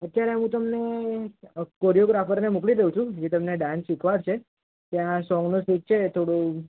અત્યારે હું તમને કોરિયોગ્રાફરને મોકલી દઉં છું જે તમને ડાન્સ શીખવાડશે ત્યાં સોંગનું શૂટ છે થોડું